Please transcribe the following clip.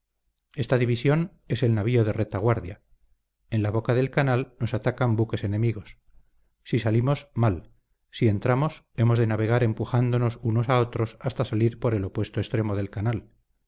esta división es el navío de retaguardia en la boca del canal nos atacan buques enemigos si salimos mal si entramos hemos de navegar empujándonos unos a otros hasta salir por el opuesto extremo del canal